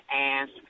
ask